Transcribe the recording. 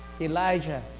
Elijah